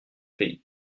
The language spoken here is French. pays